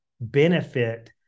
benefit